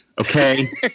okay